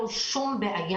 אתה בטוח בזה?